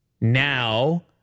Now